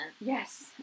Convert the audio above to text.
Yes